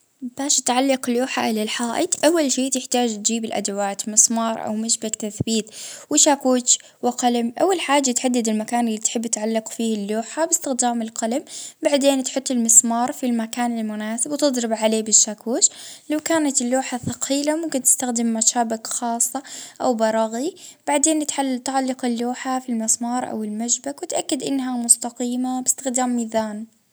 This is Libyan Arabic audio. ا نختار المكان المناسب اللي بنعلج فيه اللوحة نحط علامة بالجلم نتقب الحيط بالمتقب، نحط المسامير والخطافات ونعلج اللوحة بشوي بشوي.